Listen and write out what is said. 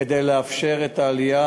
כדי לאפשר את העלייה.